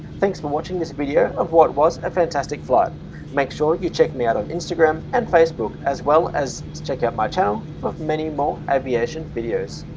thanks for watching this video what was a fantastic flight make sure you check me out on instagram and facebook as well as check out my channel for many more aviation videos